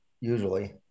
usually